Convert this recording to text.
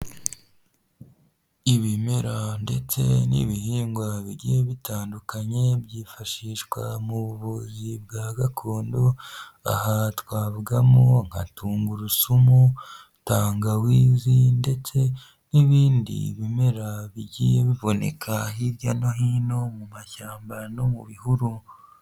Ibimera ndetse n'ibihingwa bigiye bitandukanye byifashishwa mu buvuzi bwa gakondo aha twavugamo nka tungurusumu, tangawizi ndetse n'ibindi bimera bigiye biboneka hirya no hino mu mashyamba no mu bihuru.